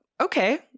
okay